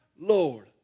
Lord